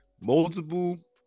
multiple